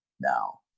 Now